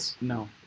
No